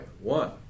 One